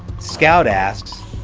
scout asks,